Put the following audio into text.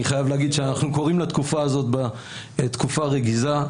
אני חייב להגיד שאנחנו קוראים לתקופה הזאת "תקופה רגיזה",